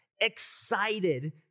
excited